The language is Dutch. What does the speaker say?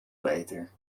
beter